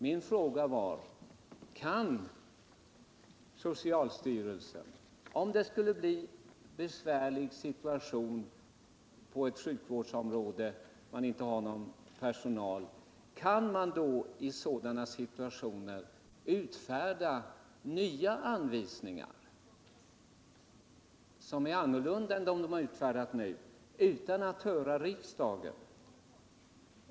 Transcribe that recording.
Min fråga var: Kan socialstyrelsen, om det skulle uppstå en besvärlig situation på ett sjukvårdsområde och man där inte har tillräckligt med personal, i en sådan situation utfärda anvisningar, som är annorlunda än de som gäller nu, utan att höra riksdagen?